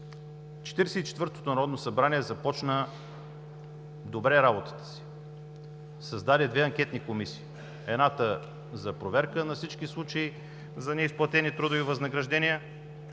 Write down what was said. четвъртото народно събрание започна добре работата си. Създаде две анкетни комисии – едната е за проверка на всички случаи на неизплатени трудови възнаграждения,